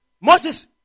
moses